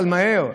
אבל מהר.